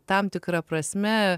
tam tikra prasme